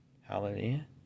Hallelujah